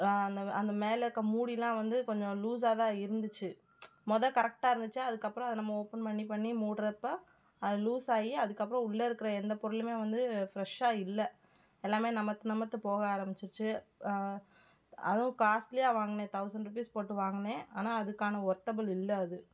அந்த அந்த மேலே இருக்க மூடிலாம் வந்து கொஞ்சம் லூசாக தான் இருந்துச்சு மொத கரெக்டாக இருந்துச்சு அதுக்கப்புறம் அதை நம்ம ஓப்பன் பண்ணி பண்ணி மூடுறப்ப அது லூசாகி அதுக்கப்புறம் உள்ளே இருக்கிற எந்த பொருளுமே வந்து ப்ரெஷ்ஷாக இல்லை எல்லாமே நமத்து நமத்து போக ஆரம்மிச்சிச்சி அதுவும் காஸ்ட்லியாக வாங்கினேன் தௌசண்ட் ருபீஸ் போட்டு வாங்கினேன் ஆனால் அதுக்கான ஒர்த்தபுல் இல்லை அது